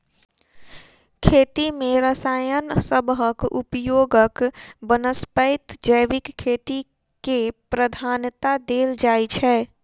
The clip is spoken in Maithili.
खेती मे रसायन सबहक उपयोगक बनस्पैत जैविक खेती केँ प्रधानता देल जाइ छै